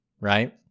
Right